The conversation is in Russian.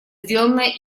сделанное